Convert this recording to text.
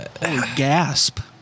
Gasp